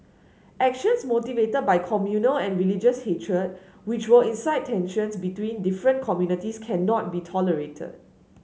actions motivated by communal and religious hatred which will incite tensions between different communities cannot be tolerated